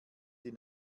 die